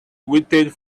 waited